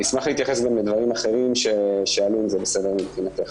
אני אשמח להתייחס גם לדברים אחרים שעלו אם זה בסדר מבחינתך.